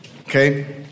Okay